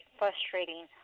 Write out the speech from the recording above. frustrating